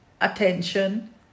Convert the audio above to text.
attention